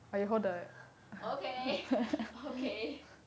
okay